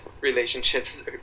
relationships